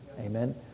Amen